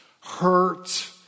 hurt